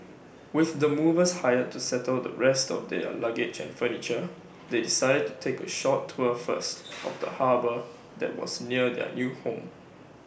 with the movers hired to settle the rest of their luggage and furniture they decided to take A short tour first of the harbour that was near their new home